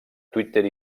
twitter